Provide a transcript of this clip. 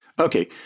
Okay